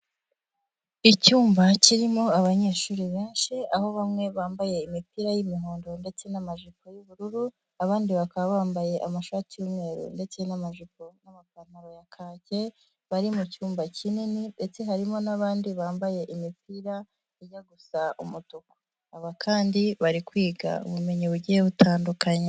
Icyumba kirimo abanyeshuri benshi aho bamwe bambaye imipira y'imihondo ndetse n'amajipo y'ubururu abandi bakaba bambaye amashati y'umweru ndetse n'amajipo n'amapantaro ya kake, bari mu cyumba kinini ndetse harimo n'abandi bambaye imipira ijya gusa umutuku, aba kandi bari kwiga ubumenyi bugiye butandukanye.